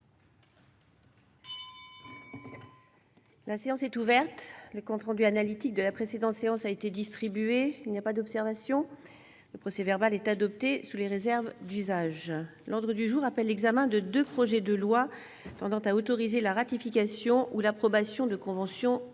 La séance est ouverte. Le compte rendu analytique de la précédente séance a été distribué. Il n'y a pas d'observation ?... Le procès-verbal est adopté sous les réserves d'usage. L'ordre du jour appelle l'examen de deux projets de loi tendant à autoriser la ratification ou l'approbation de conventions